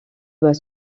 doit